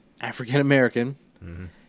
African-American